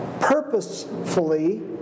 purposefully